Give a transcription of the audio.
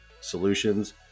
solutions